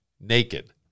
naked